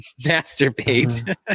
masturbate